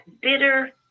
bitter